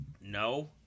No